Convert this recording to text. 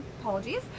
apologies